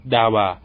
Dawa